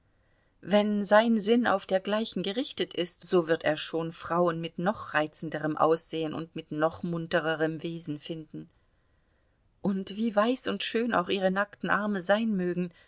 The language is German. wenn sein sinn auf dergleichen gerichtet ist so wird er schon frauen mit noch reizenderem aussehen und mit noch muntrerem wesen finden und wie weiß und schön auch ihre nackten arme sein mögen